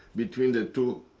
between the two